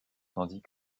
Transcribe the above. tandis